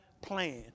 plan